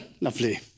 Lovely